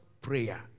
prayer